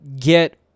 get